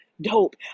dope